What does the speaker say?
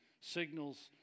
signals